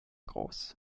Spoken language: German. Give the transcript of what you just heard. groß